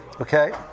Okay